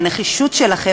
הנחישות שלכם,